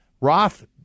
Roth